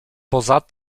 poza